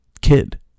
kid